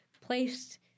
placed